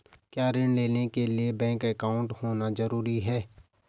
क्या ऋण लेने के लिए बैंक अकाउंट होना ज़रूरी है?